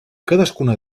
cadascuna